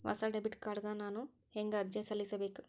ಹೊಸ debit card ಗ ನಾನು ಹೆಂಗ ಅರ್ಜಿ ಸಲ್ಲಿಸಬೇಕು?